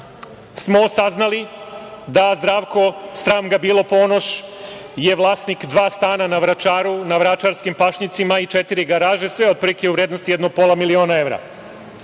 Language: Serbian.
smo saznali da je Zdravko, sram ga bilo, Ponoš vlasnik dva stana na Vračaru, na vračarskim pašnjacima i četiri garaže, sve otprilike u vrednosti jedno pola miliona evra.